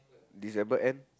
December end